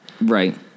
Right